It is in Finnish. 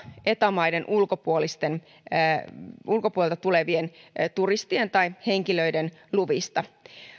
eta maiden ulkopuolelta tulevien turistien tai henkilöiden luvista